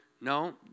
No